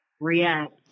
react